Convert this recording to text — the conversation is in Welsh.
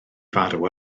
farw